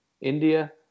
India